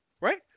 Right